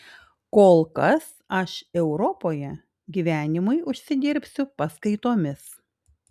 kol kas aš europoje gyvenimui užsidirbsiu paskaitomis